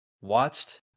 watched